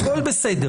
הכול בסדר.